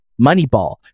Moneyball